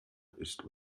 ist